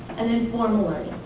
and then formal learning,